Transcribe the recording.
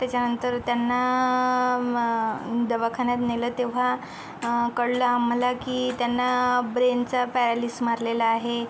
त्याच्यानंतर त्यांना मग दवाखान्यात नेलं तेव्हा कळलं आम्हाला की त्यांना ब्रेनचा पॅरलीस मारलेला आहे